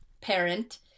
parent